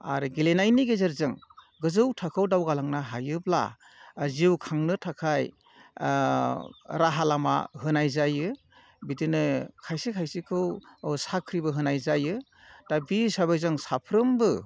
आरो गेलेनायनि गेजेरजों गोजौ थाखोआव दावगालांनो हायोब्ला जिउ खांनो थाखाय राहा लामा होनाय जायो बिदिनो खायसे खायसेखौ साख्रिबो होनाय जायो दा बि हिसाबै जोङो साफ्रोमबो